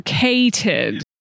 Hated